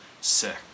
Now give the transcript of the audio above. sick